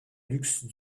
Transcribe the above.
luxe